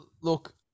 look